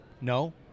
No